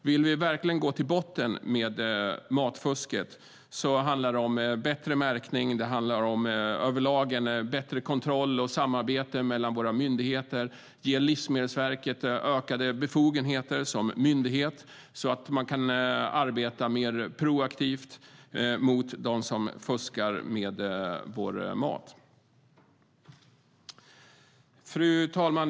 Vill vi verkligen gå till botten med matfusket handlar det om bättre märkning, överlag bättre kontroll och samarbete mellan våra myndigheter och att ge Livsmedelsverket ökade befogenheter som myndighet, så att man kan arbeta mer proaktivt mot dem som fuskar med vår mat. Fru talman!